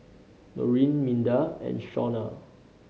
Norene Minda and Shawna